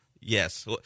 Yes